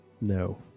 No